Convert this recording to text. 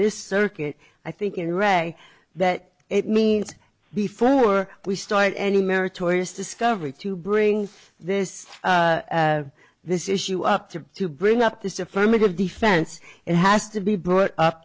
this circuit i think in rank that it means before we start any meritorious discovery to bring this this issue up to to bring up this affirmative defense it has to be brought up